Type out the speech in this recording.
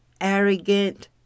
arrogant